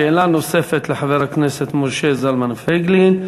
שאלה נוספת לחבר הכנסת משה זלמן פייגלין,